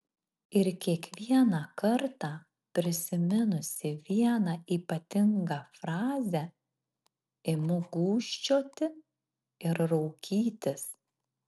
ir kiekvieną kartą prisiminusi vieną ypatingą frazę imu gūžčioti ir raukytis